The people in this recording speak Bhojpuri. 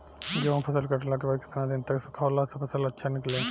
गेंहू फसल कटला के बाद केतना दिन तक सुखावला से फसल अच्छा निकली?